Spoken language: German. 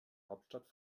hauptstadt